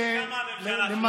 יש לי הזדמנות כל יום שני.